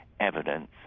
evidence